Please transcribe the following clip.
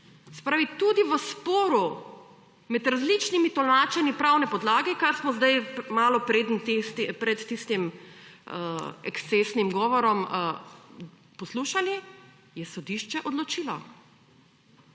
tudi v sporu, med različnimi tolmačenji pravne podlage, kar smo zdaj, malo pred tistim ekscesnim govorom poslušali, je sodišče odločilo